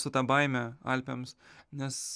su ta baime alpėms nes